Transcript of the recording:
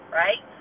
right